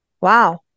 Wow